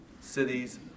cities